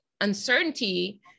uncertainty